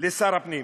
שר הפנים: